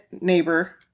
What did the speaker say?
neighbor